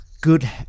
good